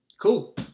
Cool